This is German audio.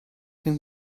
dem